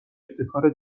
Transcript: ابتکار